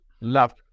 love